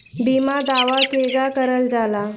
बीमा दावा केगा करल जाला?